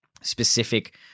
specific